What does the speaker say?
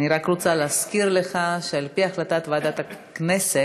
אני רק רוצה להזכיר לך שעל-פי החלטת ועדת הכנסת,